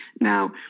now